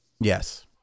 Yes